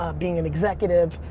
ah being an executive,